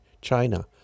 China